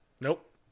Nope